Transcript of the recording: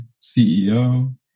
CEO